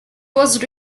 was